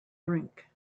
drink